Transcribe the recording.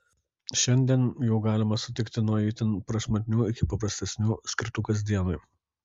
šiandien jų galima sutikti nuo itin prašmatnių iki paprastesnių skirtų kasdienai